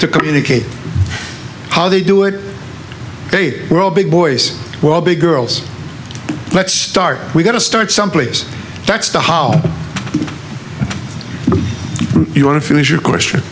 to communicate how they do it they were all big boys well big girls let's start we've got to start someplace that's the how you want to finish your question